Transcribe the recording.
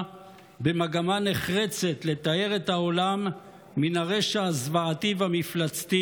במגמה נחרצת לטהר את העולם מן הרשע הזוועתי והמפלצתי